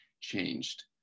changed